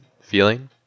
feeling